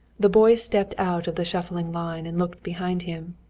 the boy stepped out of the shuffling line and looked behind him.